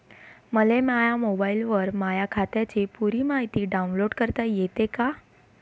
मले माह्या मोबाईलवर माह्या खात्याची पुरी मायती डाऊनलोड करता येते का?